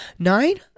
Nine